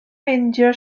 meindio